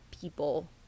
people